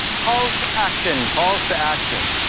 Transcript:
calls to action! calls to action!